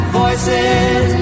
voices